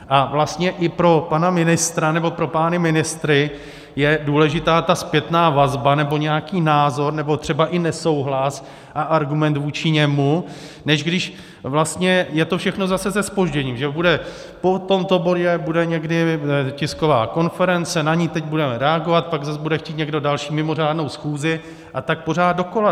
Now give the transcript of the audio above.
A vlastně i pro pana ministra nebo pro pány ministry je důležitá zpětná vazba, nebo nějaký názor, nebo třeba i nesouhlas a argument vůči němu, než když vlastně je to zase všechno se zpožděním, že po tomto bodě bude někdy tisková konference, na ni teď budeme reagovat, pak zas bude chtít někdo další mimořádnou schůzi a tak pořád dokola.